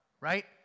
right